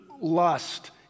lust